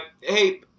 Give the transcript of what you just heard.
hey